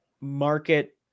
market